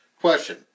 Question